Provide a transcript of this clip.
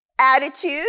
attitude